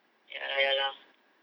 ya lah ya lah